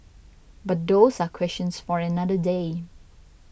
but those are questions for another day